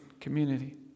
community